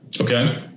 okay